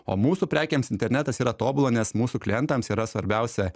o mūsų prekėms internetas yra tobula nes mūsų klientams yra svarbiausia